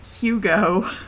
Hugo